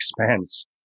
expense